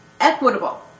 equitable